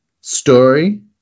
story